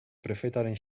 prefetaren